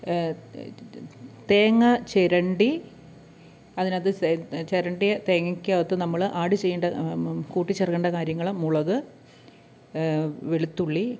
തേങ്ങ ചുരണ്ടി അതിനകത്ത് സെ ചുരണ്ടിയ തേങ്ങയ്ക്കകത്ത് നമ്മൾ ആഡ് ചെയ്യേണ്ട കൂട്ടിച്ചേർക്കേണ്ട കാര്യങ്ങൾ മുളക് വെളുത്തുള്ളി